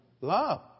love